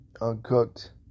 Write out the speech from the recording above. uncooked